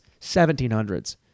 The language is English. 1700s